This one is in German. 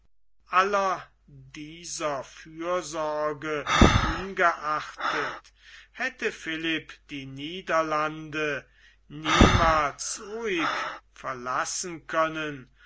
dieser fürsorge ungeachtet hätte philipp die niederlande niemals ruhig verlassen können